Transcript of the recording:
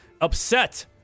upset